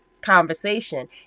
conversation